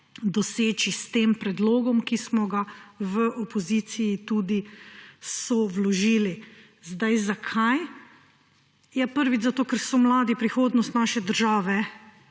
doseči s tem predlogom, ki smo ga v opoziciji tudi sovložili. Zakaj? Prvič zato, ker so mladi prihodnost naše države